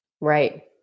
Right